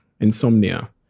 insomnia